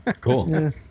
Cool